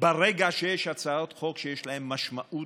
ברגע שיש הצעות חוק שיש להן משמעות,